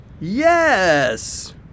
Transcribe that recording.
Yes